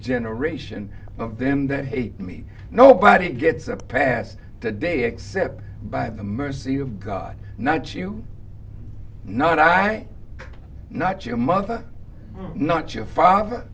generation of them that hate me nobody gets a pass today except by the mercy of god not you not i not your mother not your father